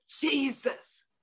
Jesus